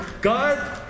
God